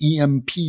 EMP